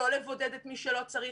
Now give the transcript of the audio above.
לא לבודד את מי שלא צריך.